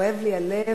כואב לי הלב,